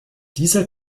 dieser